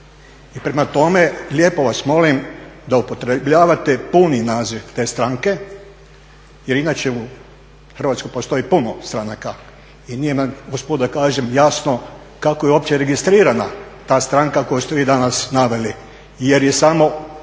I prema tome lijepo vas molim da upotrebljavate puni naziv te stranke jer inače u Hrvatskoj postoji puno stranaka i nije … gospoda kažem jasno kako je uopće registrirana ta stranka koju ste vi danas naveli jer je samo